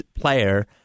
player